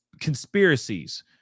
conspiracies